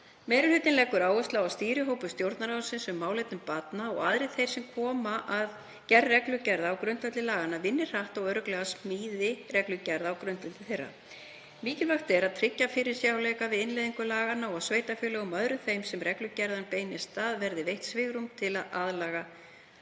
Meiri hlutinn leggur áherslu á að stýrihópur Stjórnarráðsins um málefni barna og aðrir þeir sem koma að gerð reglugerða á grundvelli laganna vinni hratt og örugglega að smíði reglugerða á grundvelli þeirra. Mikilvægt er að tryggja fyrirsjáanleika við innleiðingu laganna og að sveitarfélögum og öðrum þeim sem reglugerðirnar beinast að verði veitt svigrúm til að laga